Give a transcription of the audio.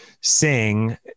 sing